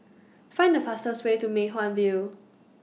Find The fastest Way to Mei Hwan View